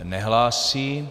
Nehlásí.